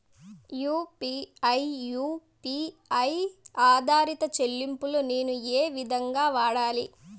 UPI U P I ఆధారిత చెల్లింపులు నేను ఏ విధంగా వాడాలి?